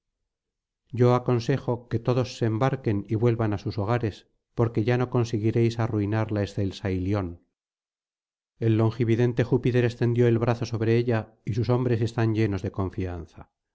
y aconseja que los demás se embarquen y vuelvan á sus hogares porque ya no conseguiréis arruinar la excelsa ilion el longividente júpiter extendió el brazo sobre ella y sus hombres están llenos de confianza